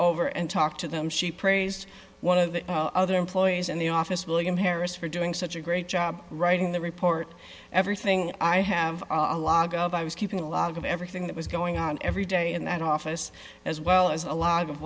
over and talk to them she praised one of the other employees in the office william harris for doing so great job writing the report everything i have a lot of i was keeping a log of everything that was going on every day and office as well as a lot of